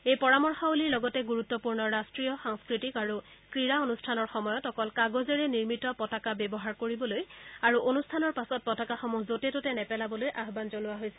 এই পৰামৰ্শৱলীৰ লগতে গুৰুত্বপূৰ্ণ ৰট্টীয় সাংস্থতিক আৰু ক্ৰীড়া অনুষ্ঠানৰ সময়ত অকল কাগজেৰে নিৰ্মিত পতাকা ব্যৱহাৰ কৰিবলৈ আৰু অনুষ্ঠানৰ পাছত পতাকাসমূহ যতে ততে নেপেলাবলৈ আহান জনোৱা হৈছে